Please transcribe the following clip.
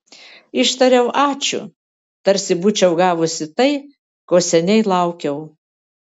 ištariau ačiū tarsi būčiau gavusi tai ko seniai laukiau